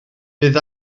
bydd